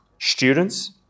Students